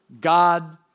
God